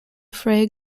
fray